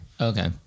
Okay